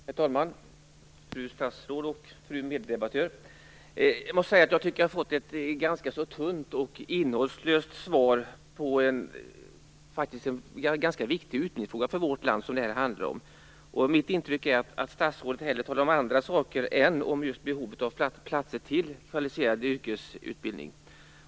Herr talman! Fru statsråd och fru meddebattör! Jag tycker att jag har fått ett ganska tunt och innehållslöst svar på en faktiskt ganska viktig utbildningsfråga för vårt land, som det handlar om. Mitt intryck är att statsrådet hellre talar om andra saker än om just behovet av platser till Kvalificerad yrkesutbildning.